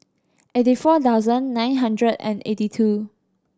eighty four thousand nine hundred and eighty two